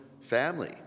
family